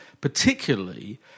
particularly